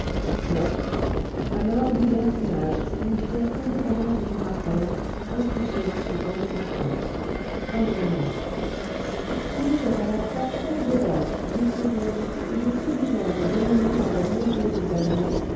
moral une de ces libertines duchesses de la régence qui mettaient à la fois tant d'audace d'étourderie et de séduisante bonhomie dans leurs nombreuses amours